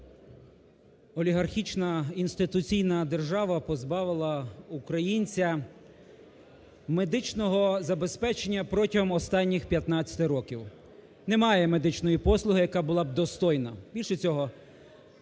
Олігархічна інституційна держава позбавила українця медичного забезпечення протягом останніх 15 років. Немає медичної послуги, яка була б достойна. Більше того,